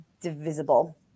divisible